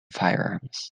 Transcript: firearms